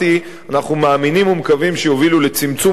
אנחנו מאמינים ומקווים שיובילו לצמצום הפערים